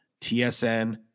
TSN